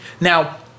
Now